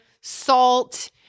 salt